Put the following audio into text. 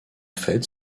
fait